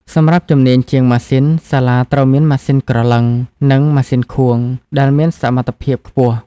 សម្រាប់ជំនាញ ជាងម៉ាស៊ីន សាលាត្រូវមាន ម៉ាស៊ីនក្រឡឹង និង ម៉ាស៊ីនខួង ដែលមានសមត្ថភាពខ្ពស់។